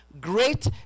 great